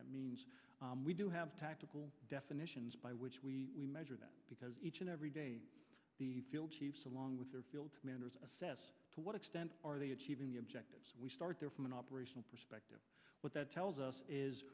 that means we do have tactical definitions by which we measure that because each and every day the field chiefs along with their field commanders assess to what extent are they achieve in the objectives we start there from an operational perspective what that tells us is